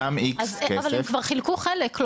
אבל הם כבר חילקו חלק.